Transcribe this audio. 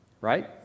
Right